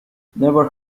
never